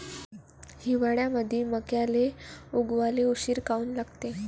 हिवाळ्यामंदी मक्याले उगवाले उशीर काऊन लागते?